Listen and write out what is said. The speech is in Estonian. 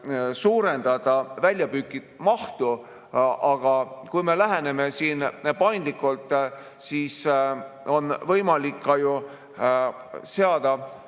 suurendada väljapüügi mahtu, aga kui me läheneme siin paindlikult, siis on võimalik seada